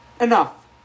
Enough